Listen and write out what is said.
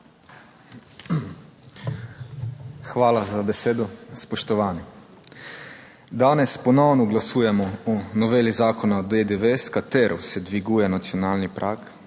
Hvala za besedo. Spoštovani! Danes ponovno glasujemo o noveli Zakona o DDV, s katero se dviguje nacionalni prag